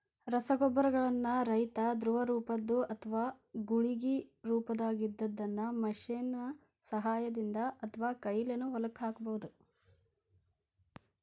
ರಸಗೊಬ್ಬರಗಳನ್ನ ರೈತಾ ದ್ರವರೂಪದ್ದು ಅತ್ವಾ ಗುಳಿಗಿ ರೊಪದಾಗಿದ್ದಿದ್ದನ್ನ ಮಷೇನ್ ನ ಸಹಾಯದಿಂದ ಅತ್ವಾಕೈಲೇನು ಹೊಲಕ್ಕ ಹಾಕ್ಬಹುದು